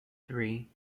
three